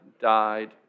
died